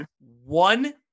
one